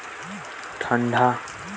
आलू बार कौन सा मौसम ह ठीक रथे?